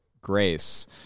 grace